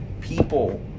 people